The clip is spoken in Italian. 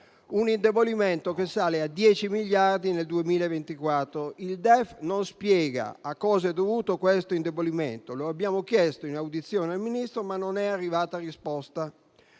un indebolimento che sale a 10 miliardi nel 2024. Il DEF non spiega a cosa è dovuto questo indebolimento: lo abbiamo chiesto in audizione al Ministro, ma non è arrivata risposta.